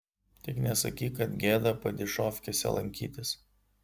tik nesakyk kad gėda padyšofkėse lankytis